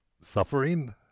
suffering